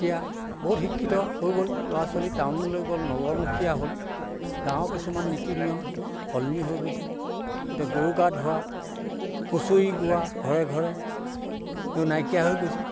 এতিয়া বহুত শিক্ষিত হৈ গ'ল ল'ৰা ছোৱালী টাউনলৈ গ'ল নগৰমুখীয়া হ'ল গাঁৱৰ কিছুমান নীতি নিয়ম সলনি হৈ গৈছে এতিয়া গৰু গা ধোৱা হুঁচৰি গোৱা ঘৰে ঘৰে এইবোৰ নাইকীয়া হৈ গৈছে